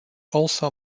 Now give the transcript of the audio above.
also